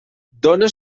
donà